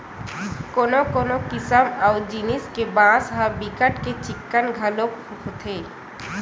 कोनो कोनो किसम अऊ जिनिस के बांस ह बिकट के चिक्कन घलोक होथे